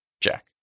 Jack